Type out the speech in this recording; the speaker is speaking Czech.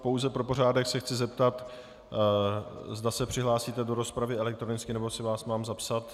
Pouze pro pořádek se chci zeptat, zda se přihlásíte do rozpravy elektronicky, nebo si vás mám zapsat.